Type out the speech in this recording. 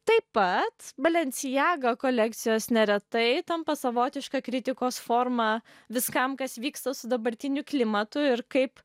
taip pat balenciaga kolekcijos neretai tampa savotiška kritikos forma viskam kas vyksta su dabartiniu klimatu ir kaip